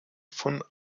von